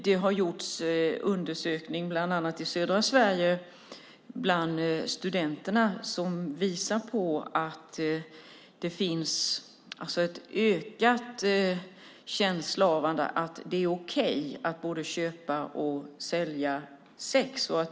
Det har gjorts undersökningar bland studenterna, bland annat i södra Sverige, som visar att det finns en ökad känsla av att det är okej att både köpa och sälja sex.